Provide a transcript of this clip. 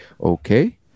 okay